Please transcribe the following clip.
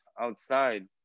outside